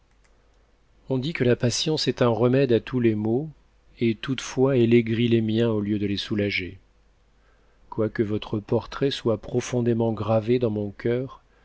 on dit que la patience est un remède à tous les maux et toutefois elle aigrit les miens au lieu de les soulager quoique votre portrait soit m nroibndément gravé dans mon cœur